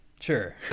Sure